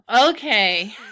Okay